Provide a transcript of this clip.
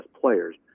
players